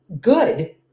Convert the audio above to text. good